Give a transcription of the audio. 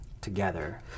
together